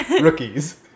Rookies